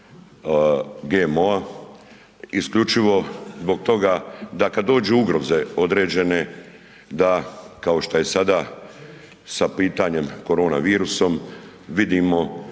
GMO-a, isključivo zbog toga da kad dođu ugroze određene da kao što je sada sa pitanjem korona virusom, vidimo